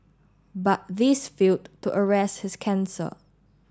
but these failed to arrest his cancer